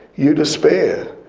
you despair.